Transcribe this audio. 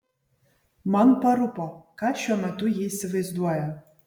man parūpo ką šiuo metu ji įsivaizduoja